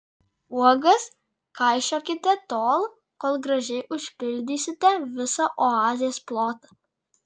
uogas kaišiokite tol kol gražiai užpildysite visą oazės plotą